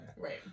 Right